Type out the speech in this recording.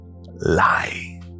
lie